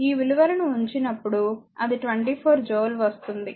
ఈ విలువలను ఉంచినప్పుడు అది 24 జూల్ వస్తుంది